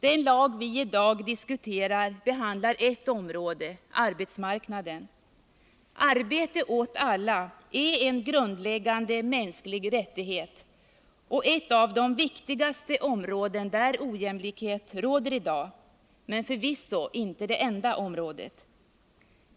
Det lagförslag vi i dag diskuterar behandlar ett område — arbetsmarknaden. Arbete åt alla är en grundläggande mänsklig rättighet och ett av de viktigaste områden där ojämlikhet råder i dag men förvisso inte det enda området.